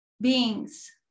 beings